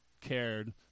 cared